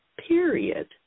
period